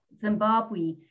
Zimbabwe